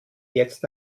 jetzt